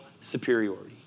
superiority